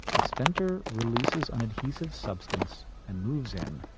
the stentor releases an adhesive substance and moves in,